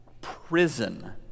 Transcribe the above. prison